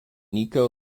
nico